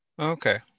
Okay